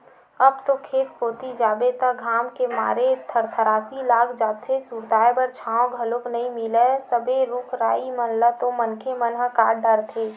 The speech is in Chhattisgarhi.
अब तो खेत कोती जाबे त घाम के मारे थरथरासी लाग जाथे, सुरताय बर छांव घलो नइ मिलय सबे रुख राई मन ल तो मनखे मन ह काट डरथे